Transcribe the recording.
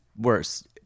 worse